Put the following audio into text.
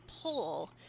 pull